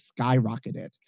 skyrocketed